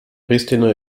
pristina